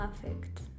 perfect